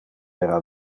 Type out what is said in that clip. era